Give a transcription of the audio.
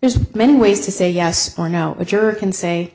there's many ways to say yes or no a juror can say